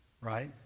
right